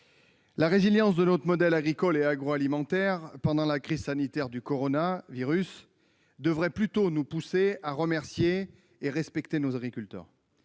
La résilience de notre modèle agricole et agroalimentaire pendant la crise sanitaire du coronavirus devrait nous pousser à remercier et à respecter nos agriculteurs,